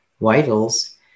vitals